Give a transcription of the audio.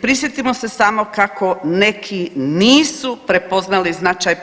Prisjetimo se samo kako neki nisu prepoznali značaj